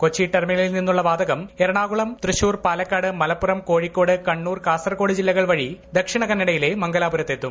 കൊച്ചി ടെർമിനലിൽ നിന്നുള്ള വാതകം എറണാകുളം തൃശ്ശൂർ പാലക്കാട് മലപ്പുറം കോഴിക്കോട് കണ്ണൂർ കാസർഗോഡ് ജില്ലകൾ വഴി ദക്ഷിണ കന്നഡയിലെ മർഗ്ഗലാപുരത്തെത്തും